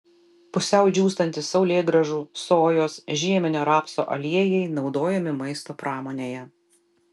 pusiau džiūstantys saulėgrąžų sojos žieminio rapso aliejai naudojami maisto pramonėje